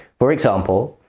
for example,